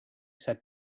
said